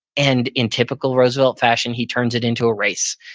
and in typical roosevelt fashion, he turns it into a race.